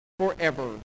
Forever